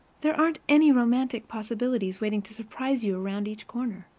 there aren't any romantic possibilities waiting to surprise you around each corner.